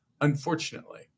unfortunately